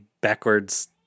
backwards